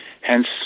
Hence